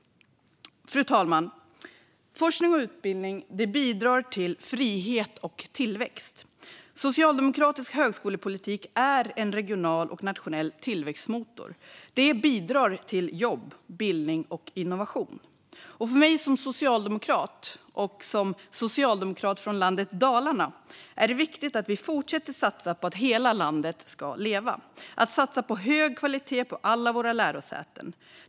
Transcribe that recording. Fru talman! Forskning och utbildning bidrar till frihet och tillväxt. Socialdemokratisk högskolepolitik är en regional och nationell tillväxtmotor som bidrar till jobb, bildning och innovation. För mig som socialdemokrat från landet Dalarna är det viktigt att vi fortsätter att satsa på att hela landet ska leva och på hög kvalitet på alla våra lärosäten.